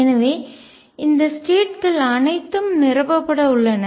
எனவே இந்த ஸ்டேட் கள் அனைத்தும் நிரப்பப்பட உள்ளன